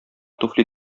туфли